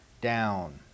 down